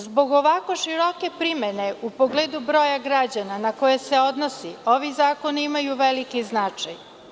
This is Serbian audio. Zbog ovako široke primene u pogledu broja građana na koje se odnosi, ovi zakoni imaju veliki značaj.